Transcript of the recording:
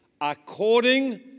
according